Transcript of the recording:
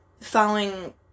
following